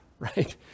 right